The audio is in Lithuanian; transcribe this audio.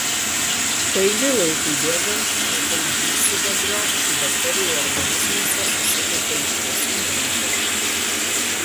taigi laikui bėgant metilgyvsidabrio šių bakterijų organizmuose susikaupia iš tiesų nemažai